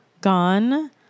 gone